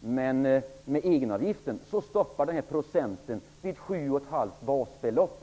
Men med en egenavgift upphör inbetalningen vid 7 1/2 basbelopp.